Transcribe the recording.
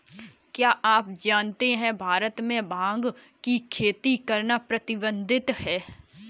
क्या आप जानते है भारत में भांग की खेती करना प्रतिबंधित है?